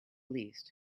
least